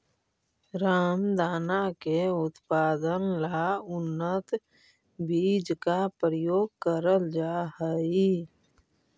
रामदाना के उत्पादन ला उन्नत बीज का प्रयोग करल जा हई